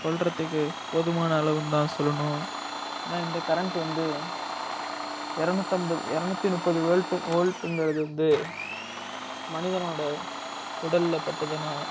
கொல்லுறதுக்கு போதுமான அளவுன்னு தான் சொல்லணும் ஏன்னா இந்த கரண்ட் வந்து இரநூத்தம்பது இரநூத்தி முப்பது வேல்ட் வோல்ட்ங்கிறது வந்து மனிதனோட உடலில் பட்டுதுன்னா